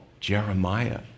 Jeremiah